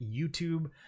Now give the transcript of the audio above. YouTube